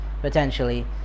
potentially